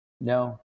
No